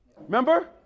Remember